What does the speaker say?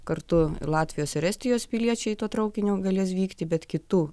kartu ir latvijos ir estijos piliečiai tuo traukiniu galės vykti bet kitų